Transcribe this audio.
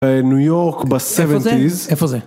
אה, ניו יורק ב-70's.